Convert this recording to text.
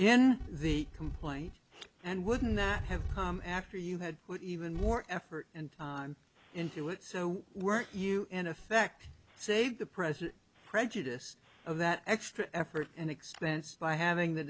in the complaint and wouldn't that have after you had even more effort and time into it so were you in effect say the present prejudice of that extra effort and expense by having the